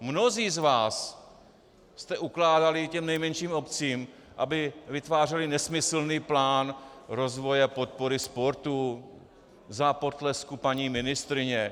Mnozí z vás jste ukládali i těm nejmenším obcím, aby vytvářely nesmyslný plán rozvoje a podpory sportu, za potlesku paní ministryně.